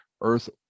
Earth